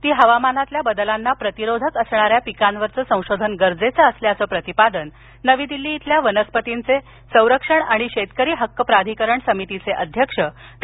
ती हवामानातील बदलांना प्रतिरोधक असणाऱ्या पिकांवरील संशोधन गरजेचं असल्याचं प्रतिपादन नवी दिल्ली इथल्या वनस्पतींचे संरक्षण आणि शेतकरी हक्क प्राधिकरण संमितीचे अध्यक्ष डॉ